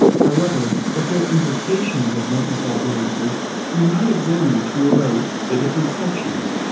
however, the full implications of molten salt reactors are not examined throughout the different sections.